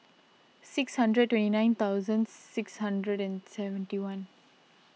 six hundred twenty nine thousand six hundred and seventy one